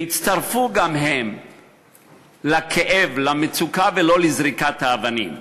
ויצטרפו גם הם לכאב, למצוקה, ולא לזריקת האבנים.